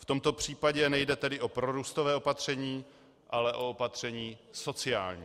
V tomto případě nejde tedy o prorůstové opatření, ale o opatření sociální.